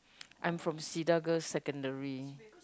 I'm from Cedar Girls' secondary